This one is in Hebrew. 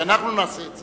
שאנחנו נעשה את זה.